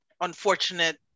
unfortunate